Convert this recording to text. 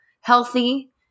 healthy